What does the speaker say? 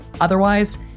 Otherwise